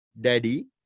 Daddy